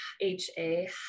H-A